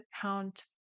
count